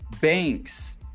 Banks